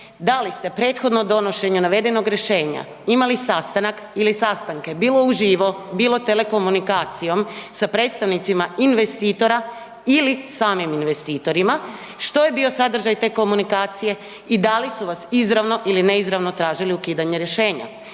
da li ste prethodno donošenja navedenog rješenja imali sastanak ili sastanke bilo u živo, bilo telekomunikacijom sa predstavnicima investitora ili samim investitorima, što je bio sadržaj te komunikacije i da li su vas izravno ili neizravno tražili ukidanje rješenja?